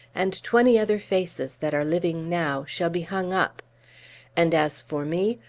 and twenty other faces that are living now, shall be hung up and as for me,